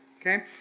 okay